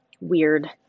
weird